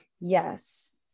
Yes